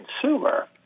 consumer